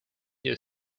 your